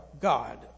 God